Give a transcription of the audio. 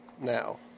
now